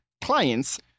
clients